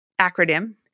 acronym